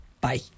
Bye